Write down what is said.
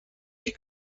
die